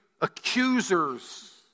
accusers